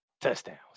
touchdowns